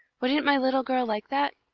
wouldn't my little girl like that?